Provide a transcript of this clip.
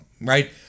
right